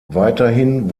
weiterhin